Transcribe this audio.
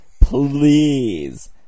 please